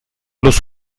los